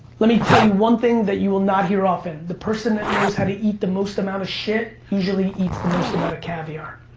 let me tell you one thing that you will not hear often, the person that knows how to eat the most amount of shit, usually eats the most amount of caviar.